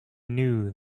knew